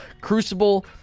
Crucible